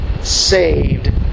saved